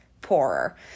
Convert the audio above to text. poorer